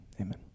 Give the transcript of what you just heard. amen